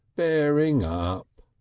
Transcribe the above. bearing up!